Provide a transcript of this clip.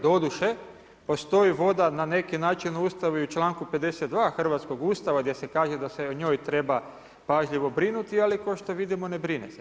Doduše postoji voda na neki način u Ustavu u članku 51. hrvatskog Ustava gdje se kaže da se o njoj treba pažljivo brinuti, ali kao što vidimo ne brine se.